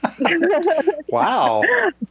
wow